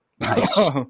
nice